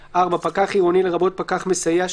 לרבות פקח מסייע,